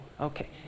Okay